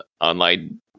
online